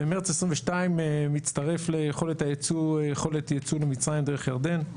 במרץ 2022 מצטרף ליכולת ייצוא למצרים דרך ירדן.